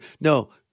No